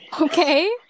Okay